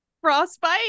Frostbite